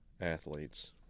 athletes